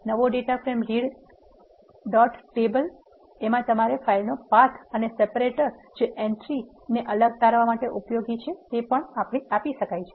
નવો data frame read dot table માં તમારે ફાઇલનો પાથ અને સેપ્રેટર જે એન્ટ્રી ને અલગ તારવા માટે ઉપયોગી છે તે પણ આપી શકાય છે